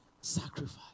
sacrifice